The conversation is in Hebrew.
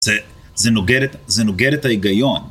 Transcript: זה, זה נוגד את, זה נוגד את ההיגיון.